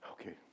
Okay